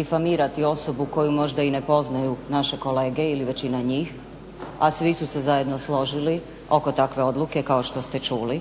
deformirati osobu koju možda i ne poznaju naše kolege ili većina njih a svi su se zajedno složili oko takve odluke kao što ste čuli.